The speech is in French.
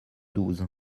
douze